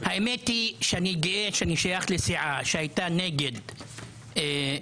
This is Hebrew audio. האמת היא שאני גאה שאני שייך לסיעה שהייתה נגד אז,